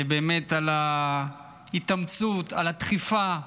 באמת, על ההתאמצות, על הדחיפה,